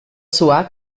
suar